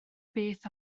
beth